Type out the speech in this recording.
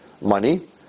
money